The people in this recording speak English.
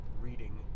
reading